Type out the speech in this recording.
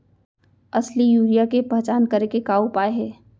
असली यूरिया के पहचान करे के का उपाय हे?